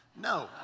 No